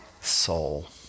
soul